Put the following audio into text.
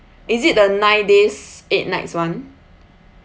is it the nine days eight nights one